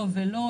לא ולא,